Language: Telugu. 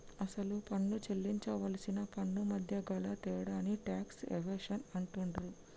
అసలు పన్ను సేల్లించవలసిన పన్నుమధ్య గల తేడాని టాక్స్ ఎవేషన్ అంటుండ్రు